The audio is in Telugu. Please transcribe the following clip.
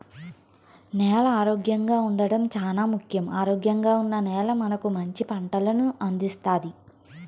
నేల ఆరోగ్యంగా ఉండడం చానా ముఖ్యం, ఆరోగ్యంగా ఉన్న నేల మనకు మంచి పంటలను అందిస్తాది